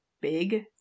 big